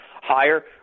higher